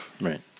right